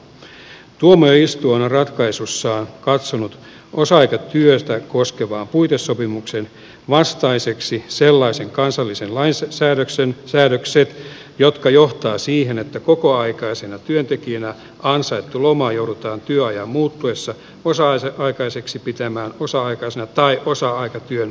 tuomioistuin on ratkaisussaan katsonut osa aikatyötä koskevan puitesopimuksen vastaiseksi sellaiset kansalliset säädökset jotka johtavat siihen että kokoaikaisena työntekijänä ansaittu loma joudutaan työajan muuttuessa osa aikaiseksi pitämään osa aikaisena tai osa aikatyön palkalla